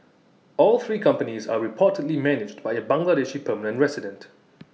all three companies are reportedly managed by A Bangladeshi permanent resident